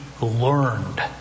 learned